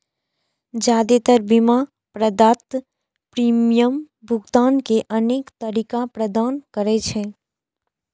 जादेतर बीमा प्रदाता प्रीमियम भुगतान के अनेक तरीका प्रदान करै छै